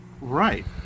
right